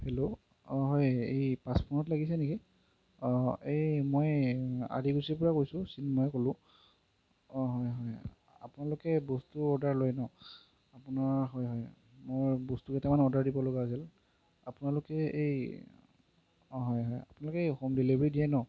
hello অঁ হয় এই লাগিছে নেকি অঁ এই মই আদিকুছীৰ পৰা কৈছোঁ চিন্ময়ে ক'লোঁ অঁ হয় হয় আপোনালোকে বস্তু অৰ্ডাৰ লয় ন আপোনাৰ হয় হয় মই বস্তুকেইটামান অৰ্ডাৰ দিব লগা আছিল আপোনালোকে এই অঁ হয় হয় আপোনালোকে এই হোম ডেলিভাৰী দিয়ে ন